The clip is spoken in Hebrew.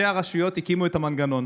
ראשי הרשויות הקימו את המנגנון,